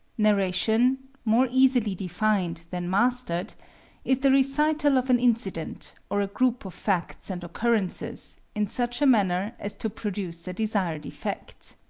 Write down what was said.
narration more easily defined than mastered is the recital of an incident, or a group of facts and occurrences, in such a manner as to produce a desired effect.